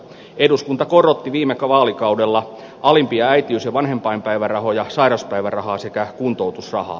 eduskunta korotti viime vaalikaudella alimpia äitiys ja vanhempainpäivärahoja sairauspäivärahaa sekä kuntoutusrahaa